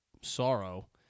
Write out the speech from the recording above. sorrow